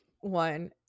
one